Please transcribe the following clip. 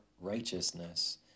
righteousness